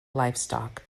livestock